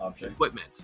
equipment